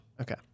Okay